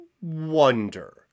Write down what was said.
wonder